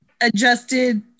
adjusted